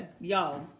Y'all